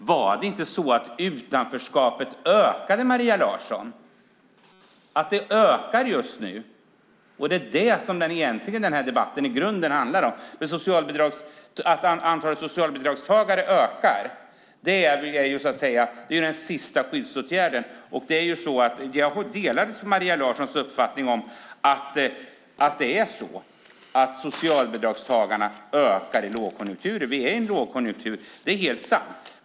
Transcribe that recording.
Är det inte så, Maria Larsson, att utanförskapet ökar just nu? Det är det debatten i grunden handlar om - att antalet socialbidragstagare ökar. Socialbidrag är den sista skyddsåtgärden. Jag delar Maria Larssons uppfattning att antalet socialbidragstagare ökar i lågkonjunkturer. Vi är i en lågkonjunktur nu; det är helt sant.